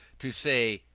to say,